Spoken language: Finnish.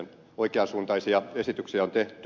oikean suuntaisia esityksiä on tehty